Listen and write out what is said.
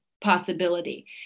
possibility